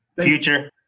Future